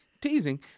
teasing